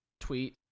tweet